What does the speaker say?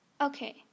Okay